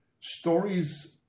stories